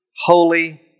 holy